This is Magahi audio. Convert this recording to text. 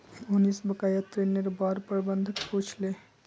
मोहनीश बकाया ऋनेर बार प्रबंधक पूछले